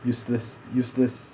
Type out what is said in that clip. useless useless